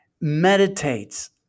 meditates